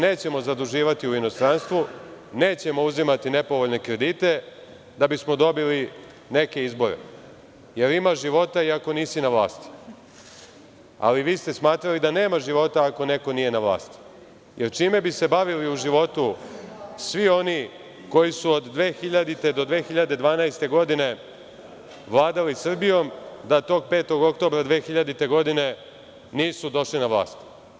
Nećemo se zaduživati u inostranstvu, nećemo uzimati nepovoljne kredite da bi smo dobili neke izbore, jer ima života i ako nisi na vlasti, ali vi ste smatrali da nema života ako neko nije na vlasti, jer čime bi se bavili u životu svi oni koju su od 2000. – 2012. godine vladali Srbijom da tog 5. Oktobra 2000. godine nisu došli na vlast.